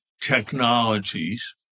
technologies